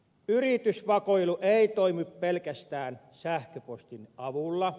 yritysvakoilu ei toimi pelkästään sähköpostin avulla